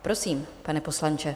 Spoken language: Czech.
Prosím, pane poslanče.